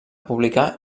publicar